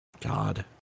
god